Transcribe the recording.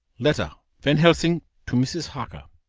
letter, van helsing to mrs. harker.